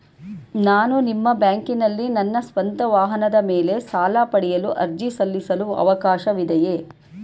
ನಾನು ನಿಮ್ಮ ಬ್ಯಾಂಕಿನಲ್ಲಿ ನನ್ನ ಸ್ವಂತ ವಾಹನದ ಮೇಲೆ ಸಾಲ ಪಡೆಯಲು ಅರ್ಜಿ ಸಲ್ಲಿಸಲು ಅವಕಾಶವಿದೆಯೇ?